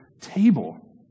table